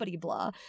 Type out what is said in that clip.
blah